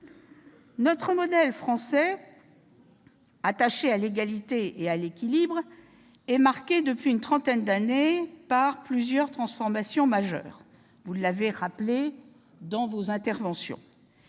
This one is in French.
Notre modèle français, attaché à l'égalité et à l'équilibre, est marqué depuis une trentaine d'années par plusieurs transformations majeures, que les précédents orateurs ont